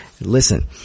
Listen